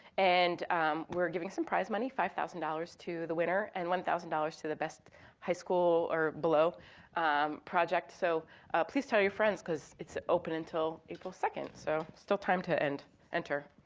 and um we're giving some prize money, five thousand dollars to the winner and one thousand dollars to the best high school or below project. so please tell your friends, cause it's open until april second. so, still time to and enter.